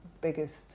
biggest